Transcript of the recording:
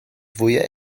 fwyaf